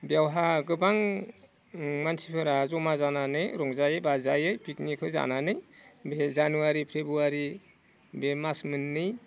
बेयावहा गोबां मानसिफोरा जमा जानानै रंजायो बाजायो पिकनिकखो जानानै बेहाय जानुवारि फेब्रुवारि बे मास मोननै